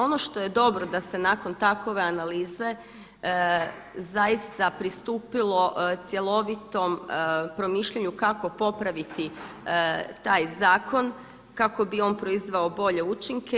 Ono što je dobro da se nakon takve analize zaista pristupilo cjelovitom promišljanju kako popraviti taj zakon kako bi on proizveo bolje učinke.